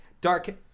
dark